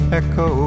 echo